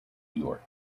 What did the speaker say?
york